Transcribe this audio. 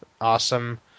awesome